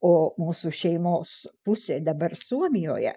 o mūsų šeimos pusė dabar suomijoje